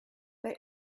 they